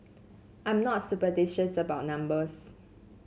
I'm not superstitious about numbers